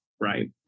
Right